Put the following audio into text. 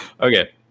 Okay